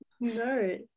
No